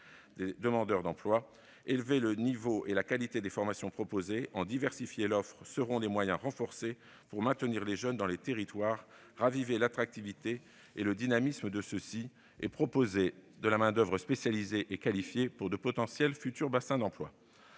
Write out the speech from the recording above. des demandeurs d'emploi. Élever le niveau et la qualité des formations proposées et en diversifier l'offre seront des moyens renforcés pour maintenir les jeunes dans les territoires, raviver l'attractivité et le dynamisme de ceux-ci et former de la main-d'oeuvre spécialisée et qualifiée pour de potentiels futurs bassins d'emploi.